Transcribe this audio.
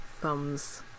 thumbs